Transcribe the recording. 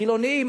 חילונים,